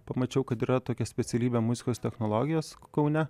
pamačiau kad yra tokia specialybė muzikos technologijos kaune